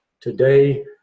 today